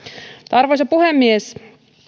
arvoisa puhemies